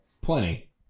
Plenty